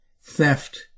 theft